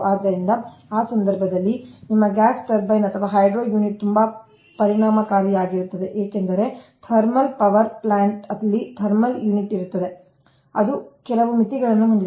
ಆದ್ದರಿಂದ ಆ ಸಂದರ್ಭದಲ್ಲಿ ನಿಮ್ಮ ಗ್ಯಾಸ್ ಟರ್ಬೈನ್ ಅಥವಾ ಹೈಡ್ರೊ ಯೂನಿಟ್ ತುಂಬಾ ಪರಿಣಾಮಕಾರಿಯಾಗಿರುತ್ತದೆ ಏಕೆಂದರೆ ಅವು ಬೇಗನೆ ಶಕ್ತಿಯನ್ನು ಉತ್ಪಾದಿಸುತ್ತವೆ ಥರ್ಮಲ್ ಪವರ್ ಪ್ಲಾಂಟ್ ಅಲ್ಲಿ ಥರ್ಮಲ್ ಯುನಿಟ್ ಇರುತ್ತದೆ ಅದು ಕೆಲವು ಮಿತಿಗಳನ್ನು ಹೊಂದಿದೆ